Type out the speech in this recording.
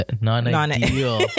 non-ideal